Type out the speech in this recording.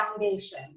Foundation